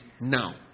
now